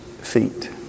feet